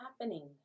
happening